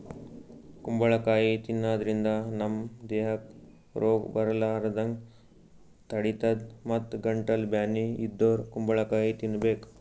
ಕುಂಬಳಕಾಯಿ ತಿನ್ನಾದ್ರಿನ್ದ ನಮ್ ದೇಹಕ್ಕ್ ರೋಗ್ ಬರಲಾರದಂಗ್ ತಡಿತದ್ ಮತ್ತ್ ಗಂಟಲ್ ಬ್ಯಾನಿ ಇದ್ದೋರ್ ಕುಂಬಳಕಾಯಿ ತಿನ್ಬೇಕ್